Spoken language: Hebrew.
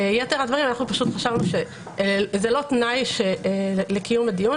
יתר הדברים חשבנו שזה לא תנאי לקיום הדיון.